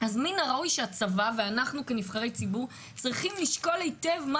אנחנו כנבחרי ציבור צריכים לשקול היטב מה